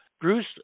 Bruce